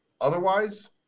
Otherwise